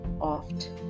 oft